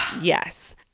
Yes